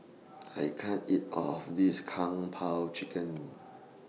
I can't eat All of This Kung Po Chicken